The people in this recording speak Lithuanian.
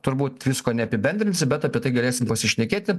turbūt visko neapibendrinsi bet apie tai galėsim pasišnekėti